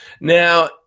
Now